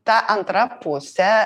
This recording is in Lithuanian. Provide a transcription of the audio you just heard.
ta antra pusė